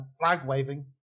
flag-waving